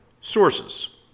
sources